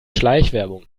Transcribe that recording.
schleichwerbung